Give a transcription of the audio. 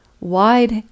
wide